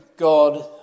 God